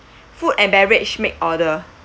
food and beverage make order